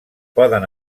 poden